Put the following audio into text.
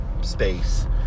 space